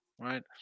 right